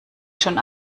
schon